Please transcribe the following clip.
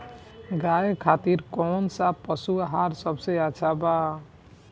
गाय खातिर कउन सा पशु आहार सबसे अच्छा बा?